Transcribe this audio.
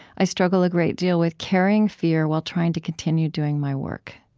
i struggle a great deal with carrying fear while trying to continue doing my work.